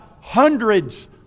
Hundreds